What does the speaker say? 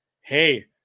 hey